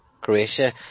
Croatia